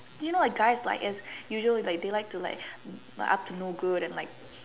you know like guys like it's usually like they like to like up to no good and like